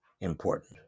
important